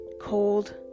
cold